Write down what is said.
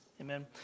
Amen